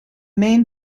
main